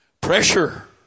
Pressure